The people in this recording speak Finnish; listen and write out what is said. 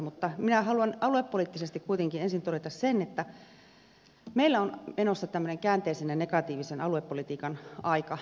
mutta minä haluan aluepoliittisesti kuitenkin ensin todeta sen että meillä on menossa tämmöinen käänteisen ja negatiivisen aluepolitiikan aika